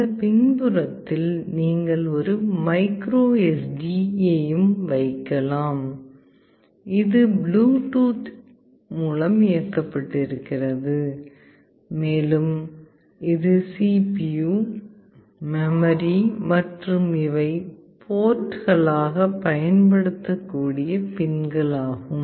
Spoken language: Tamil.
இந்த பின்புறத்தில் நீங்கள் ஒரு மைக்ரோ எஸ்டியையும் வைக்கலாம் இது ப்ளூடூத் இயக்கப்பட்டிருக்கிறது மேலும் இது CPU மெமரி மற்றும் இவை போர்ட்களாகப் பயன்படுத்தக்கூடிய பின்களாகும்